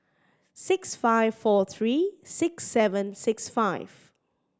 six five four three six seven six five